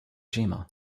jima